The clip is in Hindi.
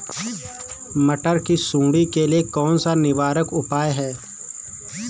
मटर की सुंडी के लिए कौन सा निवारक उपाय है?